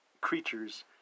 creatures